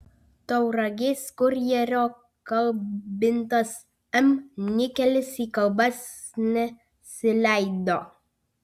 tauragės kurjerio kalbintas m nikelis į kalbas nesileido